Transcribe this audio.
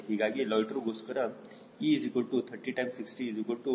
ಹೀಗಾಗಿ ಲೊಯ್ಟ್ಟೆರ್ ಗೋಸ್ಕರ E30601800 s